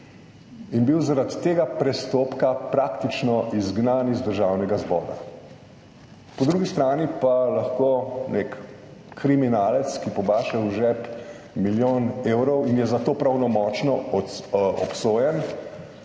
in bil zaradi tega prestopka praktično izgnan iz Državnega zbora. Po drugi strani pa lahko nek kriminalec, ki pobaše v žep milijon evrov in je za to pravnomočno obsojen,